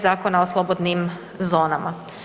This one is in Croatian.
Zakona o slobodnim zonama.